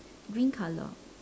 green color